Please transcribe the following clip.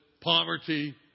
poverty